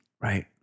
Right